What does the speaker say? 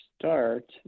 start